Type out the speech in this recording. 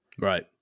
right